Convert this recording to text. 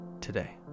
today